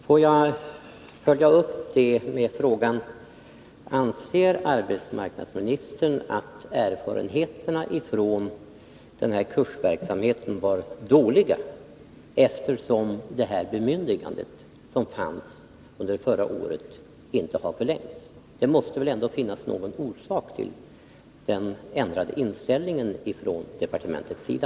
Låt mig följa upp det med frågan: Anser arbetsmarknadsministern att erfarenheterna från den här kursverksamheten var dåliga, eftersom det bemyndigande som fanns förra året inte har förlängts? Det måste väl ändå finnas någon orsak till den ändrade inställningen från departementets sida?